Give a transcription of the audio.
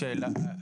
לא,